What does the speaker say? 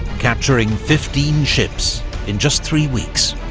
capturing fifteen ships in just three weeks.